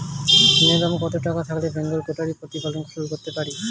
নূন্যতম কত টাকা থাকলে বেঙ্গল গোটারি প্রতিপালন শুরু করতে পারি?